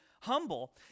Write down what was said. humble